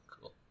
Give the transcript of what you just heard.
cool